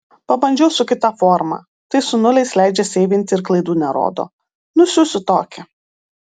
pabandžiau su kita forma tai su nuliais leidžia seivinti ir klaidų nerodo nusiųsiu tokią